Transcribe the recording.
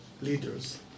leaders